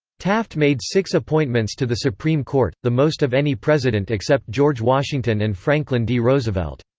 taft made six appointments to the supreme court, the most of any president except george washington and franklin d. roosevelt.